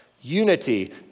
Unity